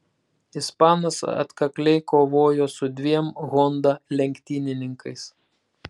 ispanas atkakliai kovojo su dviem honda lenktynininkais